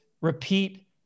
repeat